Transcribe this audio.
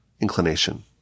inclination